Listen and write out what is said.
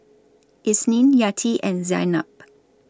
Isnin Yati and Zaynab